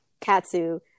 Katsu